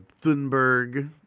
Thunberg